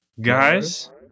guys